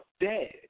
Dead